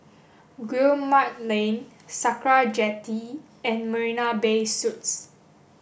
Guillemard Lane Sakra Jetty and Marina Bay Suites